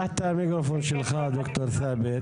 אני